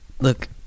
look